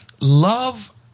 love